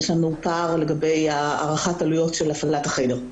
יש לנו פער לגבי הערכת העלויות של הפעלת החדר.